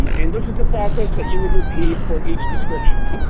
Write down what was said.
um and this is the process that you would repeat for each description.